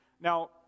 Now